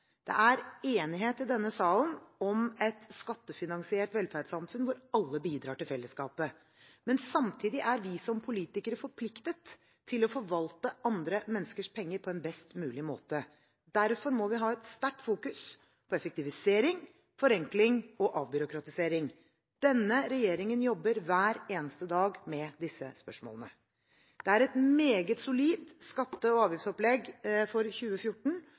Det er enighet i denne salen om et skattefinansiert velferdssamfunn hvor alle bidrar til fellesskapet. Samtidig er vi som politikere forpliktet til å forvalte andre menneskers penger på en best mulig måte. Derfor må vi ha et sterkt fokus på effektivisering, forenkling og avbyråkratisering. Denne regjeringen jobber hver eneste dag med disse spørsmålene. Det er et meget solid skatte- og avgiftsopplegg for 2014